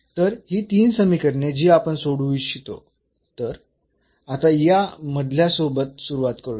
तर ही तीन समीकरणे जी आपण सोडवू इच्छितो तर आता या मधल्या सोबत सुरुवात करूया